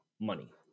money